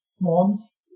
months